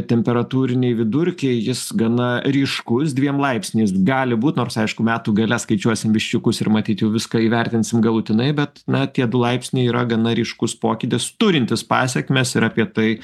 temperatūriniai vidurkiai jis gana ryškus dviem laipsniais gali būt nors aišku metų gale skaičiuosim viščiukus ir matyt jau viską įvertinsim galutinai bet na tie du laipsniai yra gana ryškus pokytis turintis pasekmes ir apie tai